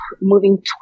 moving